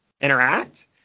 interact